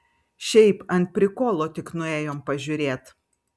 šiaip ant prikolo tik nuėjom pažiūrėt